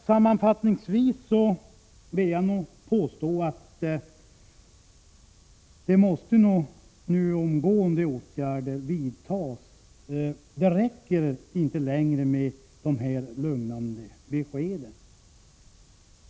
Sammanfattningsvis vill jag påstå att det nu måste vidtas åtgärder omgående. Det räcker inte längre med lugnande besked.